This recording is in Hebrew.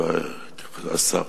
חברי השר,